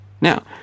Now